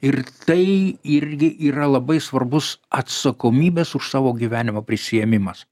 ir tai irgi yra labai svarbus atsakomybės už savo gyvenimą prisiėmimas